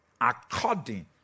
according